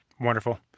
Wonderful